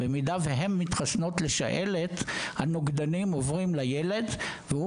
במידה שהן מתחסנות לשעלת הנוגדנים עובדים לילד והוא